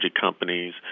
companies